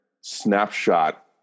snapshot